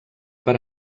per